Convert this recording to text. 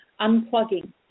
unplugging